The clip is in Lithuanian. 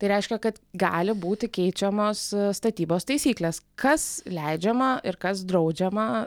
tai reiškia kad gali būti keičiamos statybos taisyklės kas leidžiama ir kas draudžiama